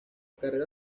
carrera